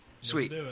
sweet